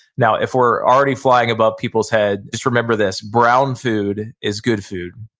now, if we're already flying above people's head just remember this, brown food is good food.